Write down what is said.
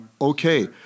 Okay